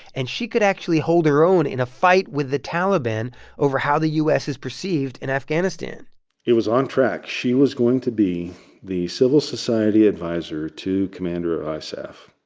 and she could actually hold her own in a fight with the taliban over how the u s. is perceived in afghanistan it was on track. she was going to be the civil society adviser to commander of isaf